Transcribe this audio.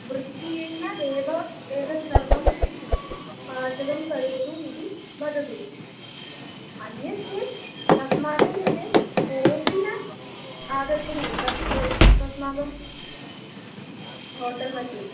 वृत्तिर्न एव एतत् सर्वं पाचकं करोतु इति वदतु अन्यत् चेत् युष्माकं कृते कोपि न आगच्छति तस् युष्माकं होटेल्मध्ये